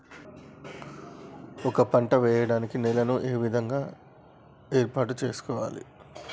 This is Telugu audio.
ఒక పంట వెయ్యడానికి నేలను మొదలు ఏ విధంగా ఏర్పాటు చేసుకోవాలి?